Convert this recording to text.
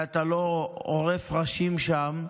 ואתה לא עורף ראשים שם,